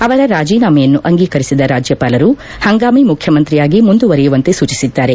ಅವರ ರಾಜೀನಾಮೆಯನ್ನು ಅಂಗೀಕರಿಸಿದ ರಾಜ್ಯಪಾಲರು ಹಂಗಾಮಿ ಮುಖ್ಯಮಂತ್ರಿಯಾಗಿ ಮುಂದುವರೆಯುವಂತೆ ಸೂಚಿಸಿದ್ದಾರೆ